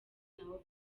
nabo